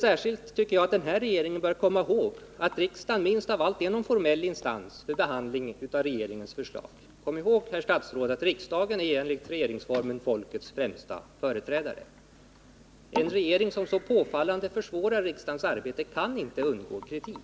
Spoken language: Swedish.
Särskilt denna regering bör komma ihåg att riksdagen minst av allt är någon formell instans vid behandlingen av regeringens förslag. Kom ihåg, herr statsråd, att riksdagen enligt regeringsformen är folkets främsta företrädare. En regering som så påfallande försvårar riksdagens arbete kan inte undgå kritik.